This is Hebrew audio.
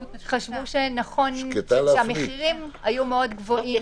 חשב שהמחירים של זה היו מאוד גבוהים,